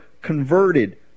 converted